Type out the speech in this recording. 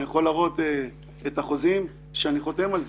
אני יכול להראות את החוזים שאני חותם על זה.